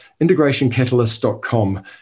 integrationcatalyst.com